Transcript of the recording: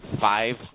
five